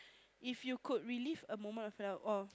if you could relive a moment of your oh